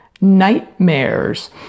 nightmares